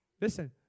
Listen